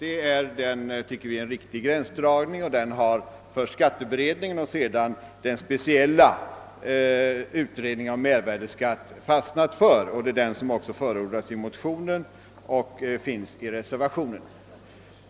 Det anser vi vara en riktig gränsdragning, och den har först skatteberedningen och sedan den speciella utredningen angående mervärdeskatten fastnat för. Det är också den gränsdragning som förordas i motionerna och reservationen.